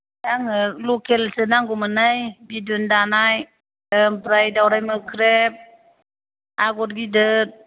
आंनो लकेलसो नांगौमोनहाय बिदन दानाय ओमफ्राय दावराय मोख्रेब आगर गिदर